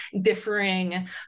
differing